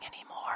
anymore